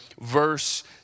verse